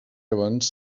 abans